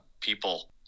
people